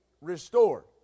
restored